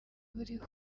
buriho